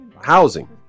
housing